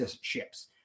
ships